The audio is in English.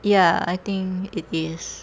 ya I think it is